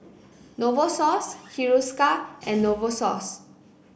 Novosource Hiruscar and Novosource